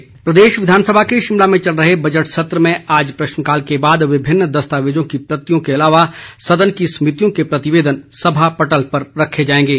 विधानसभा प्रदेश विधानसभा के शिमला में चल रहे बजट सत्र में आज प्रश्नकाल के बाद विभिन्न दस्तावेजों की प्रतियों के अलावा सदन की समितियों के प्रतिवेदन सभा पटल पर रखे जाएंगे